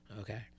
okay